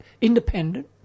independent